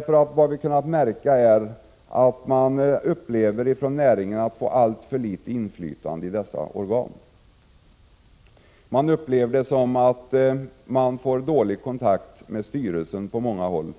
Vad vi har kunnat märka är att man inom näringen känner sig ha alltför litet inflytande i dessa organ. Man tycker sig få dålig kontakt med styrelsen på många håll.